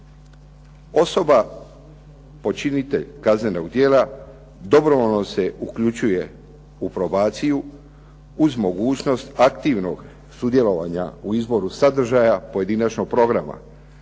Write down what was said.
Osoba, počinitelj kaznenog djela dobrovoljno se uključuje u probaciju uz mogućnost aktivnog sudjelovanja u izboru sadržaja pojedinačnog programa